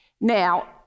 Now